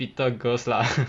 fitter girls lah